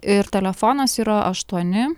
ir telefonas yra aštuoni